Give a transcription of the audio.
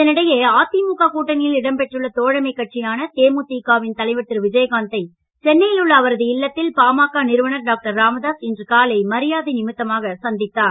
இதனிடையே அதிமுக கூட்டணியில் இடம் பெற்றுள்ள தோழமைக் கட்சியான தேமுதிக வின் தலைவர் திரு விஜயகாந்தை சென்னையில் உள்ள அவரது இல்லத்தில் பாமக நிறுவனர் டாக்டர் ராமதாஸ் இன்று காலை மரியாதை நிமித்தமாக சந்தித்தார்